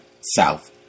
South